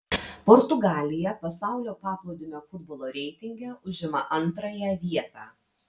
portugalija pasaulio paplūdimio futbolo reitinge užima antrąją vietą